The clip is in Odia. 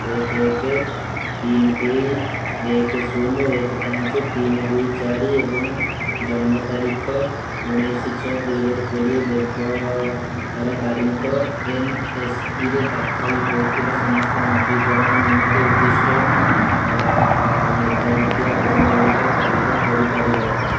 ଏକ ଏକ ତିନି ଦୁଇ ଏକ ଶୂନ ଏକ ପାଞ୍ଚ ତିନି ଦୁଇ ଚାରି ଏବଂ ଜନ୍ମ ତାରିଖ ଉଣେଇଶ ଛଅ ଦୁଇ ହଜାର କୋଡ଼ିଏ ବ୍ୟବହାରକାରୀଙ୍କ ଏନ୍ଏସ୍ପିରେ ଦାଖଲ ହୋଇଥିବା ସମସ୍ତ ନବୀକରଣ ନିମନ୍ତେ ଉଦ୍ଦିଷ୍ଟ ମେଧାବୃତ୍ତି ଆବେଦନ ଗୁଡ଼ିକର ତାଲିକା କରିପାରିବ